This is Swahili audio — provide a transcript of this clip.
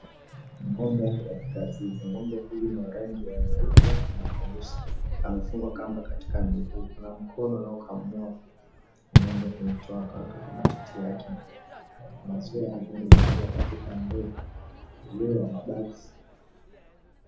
Ng'ombe ako katika zizi ng'ombe huyu ni wa rangi ya nyeupe na nyeusi amefungwa kamba katika miguu kuna mkono unaokamua ng'ombe uitwao kaka kwa matiti yake maziwa ya ng'ombe yanaingia katika ndo iliyo ya mabati.